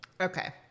Okay